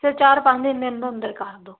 ਤੇ ਚਾਰ ਪੰਜ ਦਿਨ ਦਾ ਅੰਦਰ ਕਰ ਦੋ